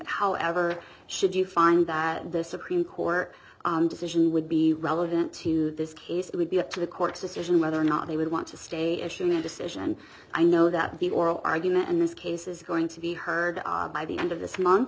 however should you find that the supreme court decision would be relevant to this case it would be up to the court's decision whether or not he would want to stay issued a decision i know that the oral argument in this case is going to be heard by the end of this month